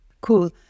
Cool